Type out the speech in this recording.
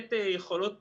באמת יכולות